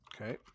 Okay